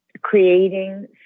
creating